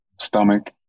stomach